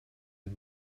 and